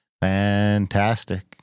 Fantastic